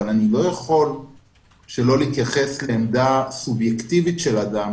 אבל אני לא יכול שלא להתייחס לעמדה סובייקטיבית של אדם,